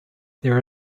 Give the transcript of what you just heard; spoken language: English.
there